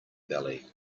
belly